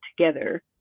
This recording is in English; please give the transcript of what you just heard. together